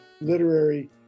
literary